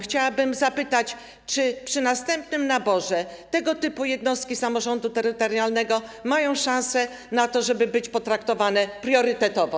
Chciałabym zapytać, czy przy następnym naborze tego typu jednostki samorządu terytorialnego mają szansę na to, żeby być potraktowane priorytetowo.